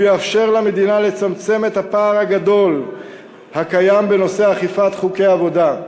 הוא יאפשר למדינה לצמצם את הפער הגדול הקיים בנושא אכיפת חוקי העבודה.